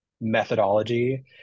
methodology